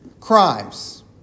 crimes